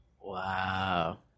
Wow